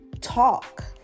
talk